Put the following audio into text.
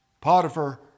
Potiphar